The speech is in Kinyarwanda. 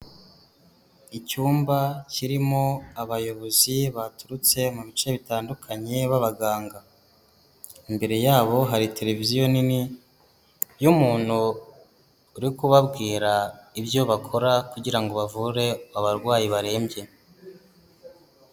Icyumba kirimo abayobozi baturutse mu bice bitandukanye b'abaganga, imbere yabo hari televiziyo nini y'umuntu uri kubabwira ibyo bakora kugira ngo bavure abarwayi barembye.